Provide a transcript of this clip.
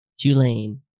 Tulane